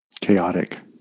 Chaotic